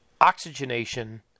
oxygenation